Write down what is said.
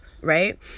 right